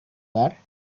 bar